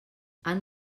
han